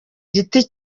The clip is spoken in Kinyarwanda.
giti